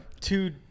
Two